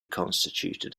constituted